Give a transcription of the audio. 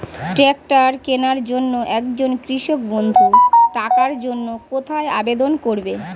Tractor কিনার জন্য একজন কৃষক বন্ধু টাকার জন্য কোথায় আবেদন করবে?